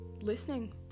listening